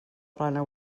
plana